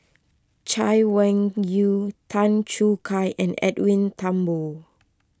Chay Weng Yew Tan Choo Kai and Edwin Thumboo